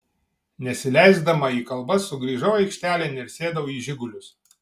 nesileisdama į kalbas sugrįžau aikštelėn ir sėdau į žigulius